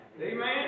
Amen